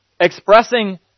Expressing